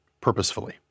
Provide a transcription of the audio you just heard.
purposefully